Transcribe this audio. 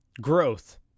growth